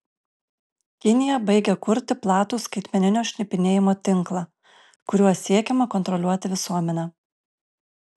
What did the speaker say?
kinija baigia kurti platų skaitmeninio šnipinėjimo tinklą kuriuo siekiama kontroliuoti visuomenę